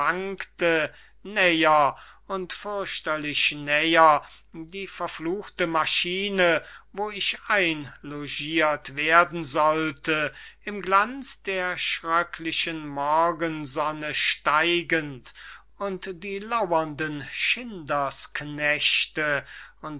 und fürchterlich näher die verfluchte maschine wo ich einlogirt werden sollte im glanz der schröcklichen morgensonne steigend und die laurenden schinders knechte